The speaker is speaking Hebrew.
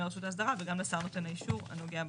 על רשות ההסדרה וגם לשר נותן האישור הנוגע בדבר.